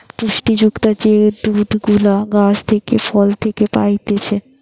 পুষ্টি যুক্ত যে দুধ গুলা গাছ থেকে, ফল থেকে পাইতেছে